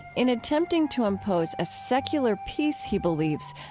in attempting to impose a secular peace, he believes,